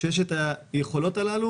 שיש את היכולות הללו,